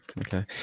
Okay